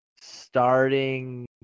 starting